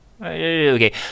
Okay